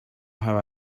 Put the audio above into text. how